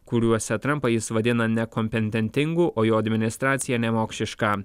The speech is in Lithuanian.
kuriuose trampą jis vadina nekompententingu o jo administraciją nemokšiška